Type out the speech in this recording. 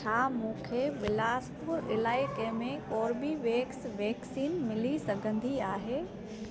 छा मूंखे बिलासपुर इलाइके में कोर्बीवेक्स वैक्सीन मिली सघंदी आहे